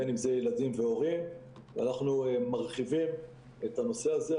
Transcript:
בין אם זה ילדים והורים ואנחנו מרחיבים את הנושא הזה.